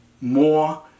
more